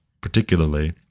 particularly